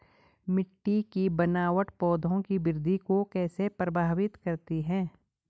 मिट्टी की बनावट पौधों की वृद्धि को कैसे प्रभावित करती है?